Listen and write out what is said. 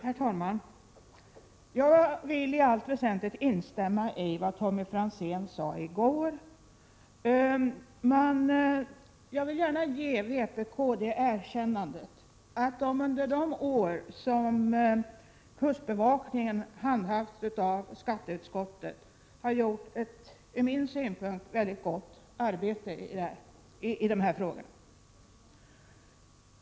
Herr talman! Jag vill i allt väsentligt instämma i vad Tommy Franzén sade i går. Jag vill gärna ge vpk det erkännandet att de under de år kustbevakningen har handhafts av skatteutskottet har gjort ett ur min synpunkt mycket gott arbete i dessa frågor.